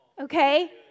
Okay